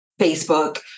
Facebook